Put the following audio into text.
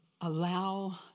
allow